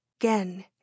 again